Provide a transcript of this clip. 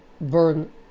burn